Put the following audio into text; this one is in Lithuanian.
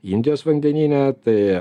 indijos vandenyne tai